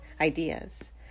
ideas